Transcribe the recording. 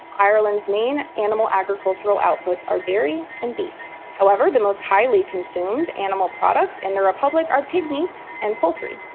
ireland's main animal agriculture outputs are dairy and beef, however the most highly consumed animal products in the republic are pig meat and poultry.